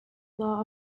law